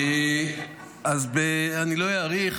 אז אני לא אאריך.